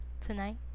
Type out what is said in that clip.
tonight